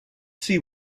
see